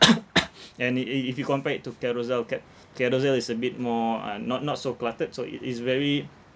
and i~ i~ if you compare it to carousell cat~ carousell is a bit more uh not not so cluttered so it is very